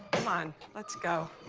come on, let's go.